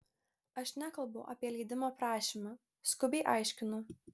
aš nekalbu apie leidimo prašymą skubiai aiškinu